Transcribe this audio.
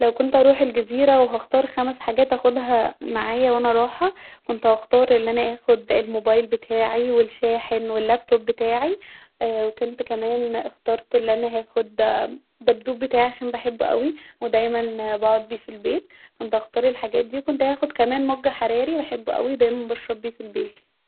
لو كنت اروح الجزيره وهتختار خمس حاجات معايا هاخدها وانا راحة كنت هختار أن انا اخد الموبايل بتاعي و الشاحن والاب توب بتاعي ااا وكنت كمان اخترت أن انا اخد الدبدوب بتاعي عشان بحبه اوي ودايما بقعد بيه في البيت كنت هختار الحاجات ديه وكنت هختار مج حراري بحبه اوي ودايما بشرب بيه في البيت